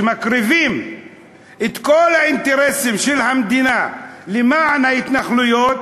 שמקריבים את כל האינטרסים של המדינה למען ההתנחלויות,